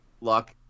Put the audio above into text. Luck